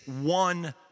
one